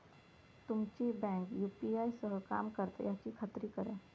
तुमची bank UPI सह काम करता याची खात्री करा